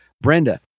brenda